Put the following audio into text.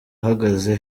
uhagaze